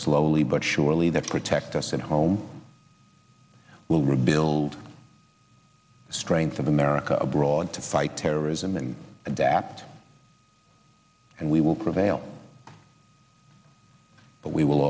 slowly but surely that protect us at home will rebuild the strength of america abroad to fight terrorism and adapt and we will prevail but we will